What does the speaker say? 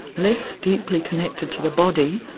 less deeply connected to the body,